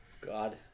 God